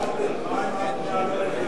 מה עם הבנייה הלא-רוויה?